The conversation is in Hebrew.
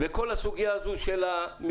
וכל הסוגיה הזאת של המבנים